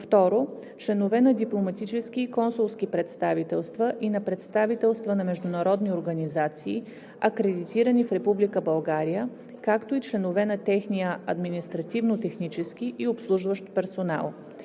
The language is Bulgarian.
2. членове на дипломатически и консулски представителства и на представителства на международни организации, акредитирани в Република България, както и членове на техния административно технически и обслужващ персонал.